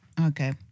okay